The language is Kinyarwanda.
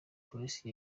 polisi